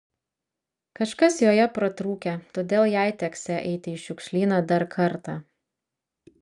kažkas joje pratrūkę todėl jai teksią eiti į šiukšlyną dar kartą